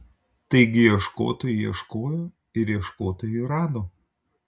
taigi ieškotojai ieškojo ir ieškotojai rado